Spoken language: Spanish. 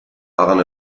hagan